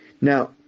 Now